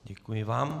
Děkuji vám.